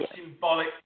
symbolic